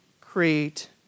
create